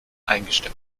eingestellt